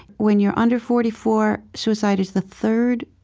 when you're under forty four, suicide is the third,